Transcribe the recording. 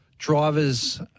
drivers